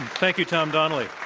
thank you, tom donnelly.